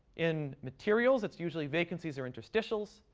in materials it's usually vacancies or intestinals,